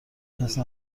کسی